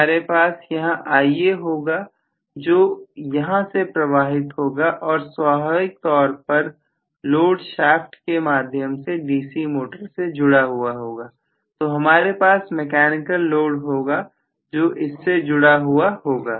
हमारे पास यहां Ia होगा जो यहां से प्रवाहित होगा और स्वाभाविक तौर पर लोड शाफ्ट के माध्यम से DC मोटर से जुड़ा हुआ होगा तो हमारे पास मैकेनिकल लोड होगा जो इससे जुड़ा हुआ होगा